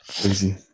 Crazy